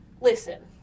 Listen